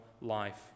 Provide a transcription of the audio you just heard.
life